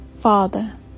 father